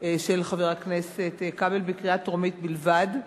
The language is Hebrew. של חבר הכנסת כבל בקריאה טרומית בלבד,